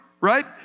right